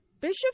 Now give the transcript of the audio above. Bishop